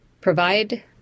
provide